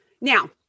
now